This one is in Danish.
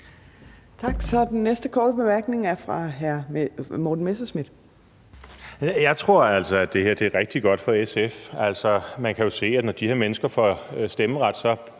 Jeg tror altså, at det her er rigtig godt for SF. Man kan jo se, at når de her mennesker får stemmeret,